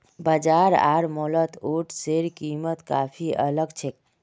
बाजार आर मॉलत ओट्सेर कीमत काफी अलग छेक